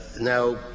Now